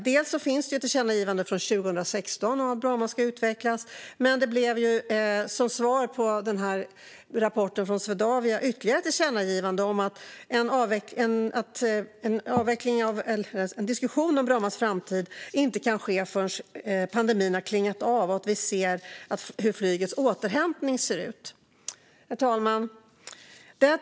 Det finns ett tillkännagivande från 2016 om att Bromma ska utvecklas. Men som svar på den här rapporten från Swedavia kom ytterligare ett tillkännagivande, där det framfördes att en diskussion om Brommas framtid inte kan ske förrän pandemin har klingat av och vi ser hur flygets återhämtning ser ut. Herr talman!